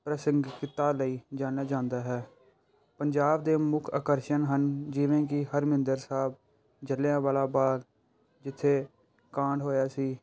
ਪ੍ਰਸੰਗਕਿਤਾ ਲਈ ਜਾਣਿਆ ਜਾਂਦਾ ਹੈ ਪੰਜਾਬ ਦੇ ਮੁੱਖ ਆਕਰਸ਼ਣ ਹਨ ਜਿਵੇਂ ਕਿ ਹਰਮਿੰਦਰ ਸਾਹਿਬ ਜਲ੍ਹਿਆਂਵਾਲਾ ਬਾਗ ਜਿੱਥੇ ਕਾਂਡ ਹੋਇਆ ਸੀ